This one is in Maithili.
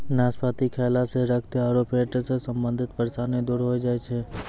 नाशपाती खैला सॅ रक्त आरो पेट सॅ संबंधित परेशानी दूर होय जाय छै